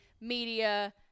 media